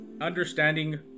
understanding